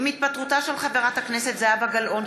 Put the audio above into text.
עם התפטרותה של חברת הכנסת זהבה גלאון,